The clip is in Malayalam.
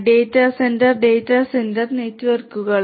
ഡാറ്റാ സെന്ററും ഡാറ്റാ സെന്റർ നെറ്റ്വർക്കുകളും